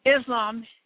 Islam